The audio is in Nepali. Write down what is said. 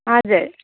हजुर